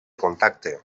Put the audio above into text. contacte